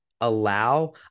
allow